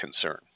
concern